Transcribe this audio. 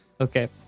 okay